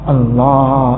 Allah